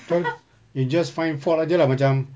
betul you just find fault saja lah macam